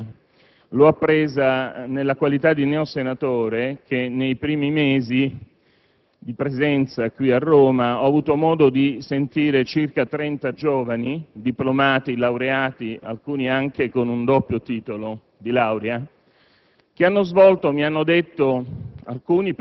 la problematica dei collaboratori parlamentari nella qualità di neosenatore. Nei primi mesi di presenza a Roma ho avuto modo di parlare con circa 30 giovani, diplomati, laureati, alcuni anche con un doppio titolo di laurea,